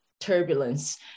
turbulence